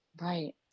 Right